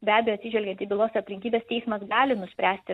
be abejo atsižvelgiant į bylos aplinkybes teismas gali nuspręsti